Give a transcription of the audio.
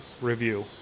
review